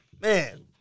man